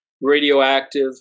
radioactive